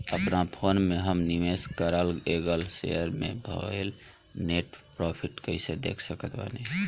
अपना फोन मे हम निवेश कराल गएल शेयर मे भएल नेट प्रॉफ़िट कइसे देख सकत बानी?